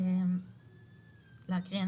אקריא?